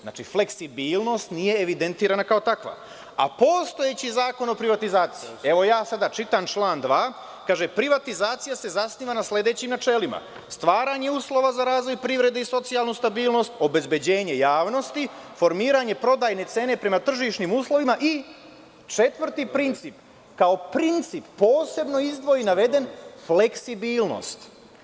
Znači, fleksibilnost nije evidentirana kao takva, a postojeći Zakon o privatizaciji, evo sada čitam član 2. koji kaže – privatizacije se zasniva na sledećim načelima: stvaranje uslova za razvoj privrede i socijalnu stabilnost, obezbeđenje javnosti, formiranje prodajne cene prema tržišnim uslovima i četvrti princip, kao princip posebno izdvojen i naveden, fleksibilnost.